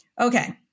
Okay